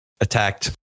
attacked